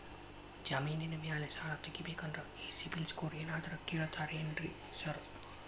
ಜಮೇನಿನ ಮ್ಯಾಲೆ ಸಾಲ ತಗಬೇಕಂದ್ರೆ ಈ ಸಿಬಿಲ್ ಸ್ಕೋರ್ ಏನಾದ್ರ ಕೇಳ್ತಾರ್ ಏನ್ರಿ ಸಾರ್?